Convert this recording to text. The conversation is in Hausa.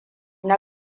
na